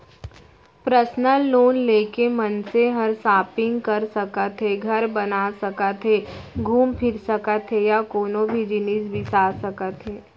personal loan ले के मनसे हर सॉपिंग कर सकत हे, घर बना सकत हे घूम फिर सकत हे या कोनों भी जिनिस बिसा सकत हे